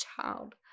child